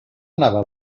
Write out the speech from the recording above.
anava